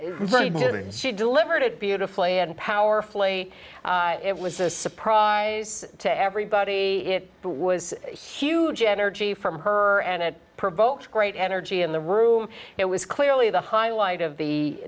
means she delivered it beautifully and powerfully it was a surprise to everybody it was a huge energy from her and it provoked great energy in the room it was clearly the highlight of the